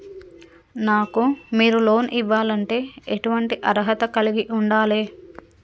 నాకు మీరు లోన్ ఇవ్వాలంటే ఎటువంటి అర్హత కలిగి వుండాలే?